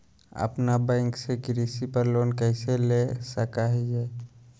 अपना बैंक से कृषि पर लोन कैसे ले सकअ हियई?